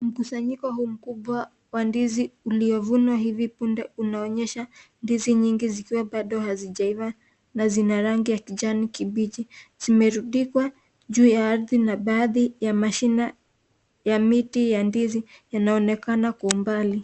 Mkusanyiko huu mkubwa Wa ndizi uliovunwaa hivi punde unaonyesha ndizi nyingi zikiwa bado haijaiva na zina rangi ya kijani kibichi zimerudikwa juu ya ardhi na baadhi mashine ya miti ya ndizi inaonekana Kwa umbali.